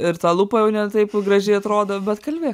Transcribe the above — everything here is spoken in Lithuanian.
ir ta lūpa jau ne taip gražiai atrodo bet kalbėk